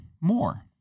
more